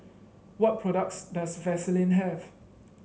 what products does Vaselin have